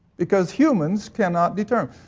because humans cannot determine,